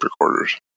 recorders